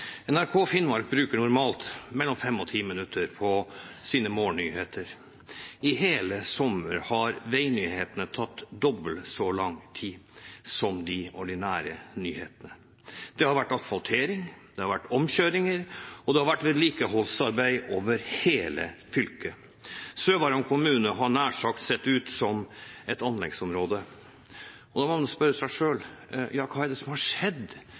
NRK Finnmark bruker normalt mellom fem og ti minutter på sine morgennyheter. I hele sommer har veinyhetene tatt dobbelt så lang tid som de ordinære nyhetene. Det har vært asfaltering, det har vært omkjøringer, og det har vært vedlikeholdsarbeid over hele fylket. Sør-Varanger kommune har nær sagt sett ut som et anleggsområde. Da må man spørre seg selv: Hva er det som har skjedd,